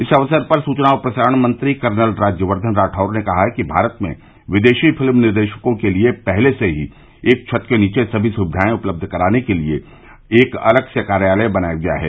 इस अवसर पर सूचना और प्रसारण मंत्री कर्नल राज्यवर्धन राठौड ने कहा कि भारत में विदेशी फिल्म निर्देशकों के लिए पहले से ही एक ही छत के नीचे सभी सुविधायें उपलब्ध कराने के लिए एक अलग से कार्यालय बनाया गया है